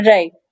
Right